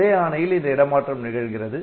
ஒரே ஆணையில் இந்த இடமாற்றம் நிகழ்கிறது